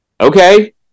Okay